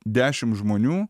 dešim žmonių